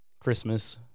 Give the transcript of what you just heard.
Christmas